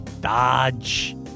Dodge